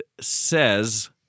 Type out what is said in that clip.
says